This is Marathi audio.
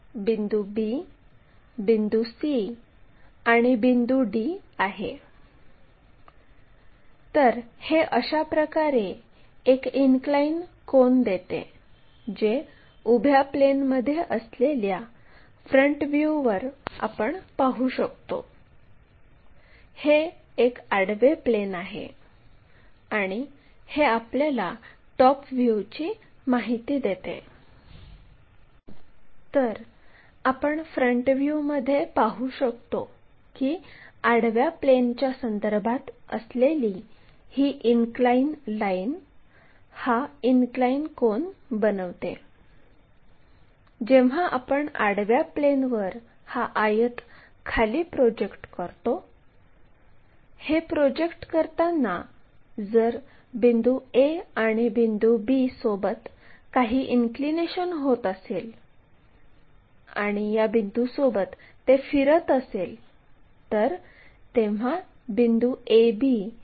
तर यामध्ये अज्ञात म्हणजे CD चे प्रोजेक्शन्स आहेत जे फ्रंट व्ह्यू आणि टॉप व्ह्यू आहेत आणि आडव्या प्लेनसोबत आणि उभ्या प्लेनसोबत असलेले कोन आहेत या गोष्टी अज्ञात आहेत